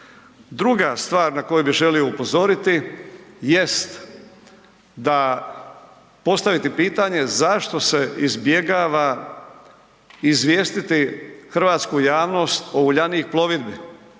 Druga stvar na koju bi želio upozoriti jest da, postaviti pitanje zašto se izbjegava izvijestiti hrvatsku javnost o Uljanik plovidbi,